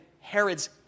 Herod's